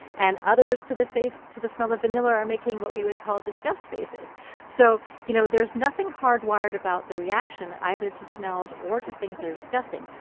and others to the face to the smell of vanilla are making what we would call disgust faces so, you know, there's nothing hardwired about the reaction either to smells or to things that are disgusting,